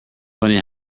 funny